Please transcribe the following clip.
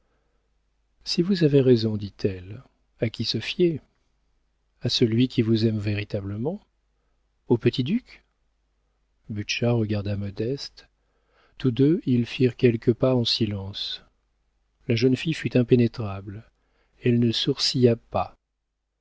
si vous avez raison dit-elle à qui se fier a celui qui vous aime véritablement au petit duc butscha regarda modeste tous deux ils firent quelques pas en silence la jeune fille fut impénétrable elle ne sourcilla pas